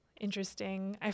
interesting